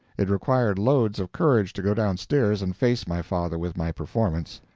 it required loads of courage to go downstairs and face my father with my performance.